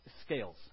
scales